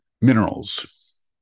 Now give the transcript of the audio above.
Minerals